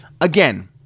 Again